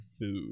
food